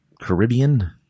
Caribbean